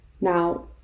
Now